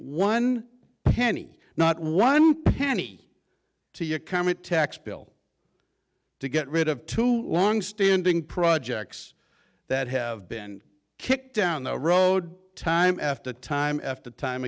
one penny not one penny to your current tax bill to get rid of two longstanding projects that have been kicked down the road time after time after time